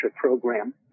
program